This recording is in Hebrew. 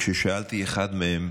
וכששאלתי אחד מהם: